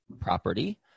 property